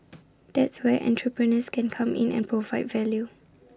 that's where entrepreneurs can come in and provide value